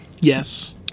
Yes